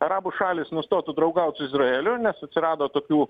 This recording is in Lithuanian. arabų šalys nustotų draugaut su izraeliu nes atsirado tokių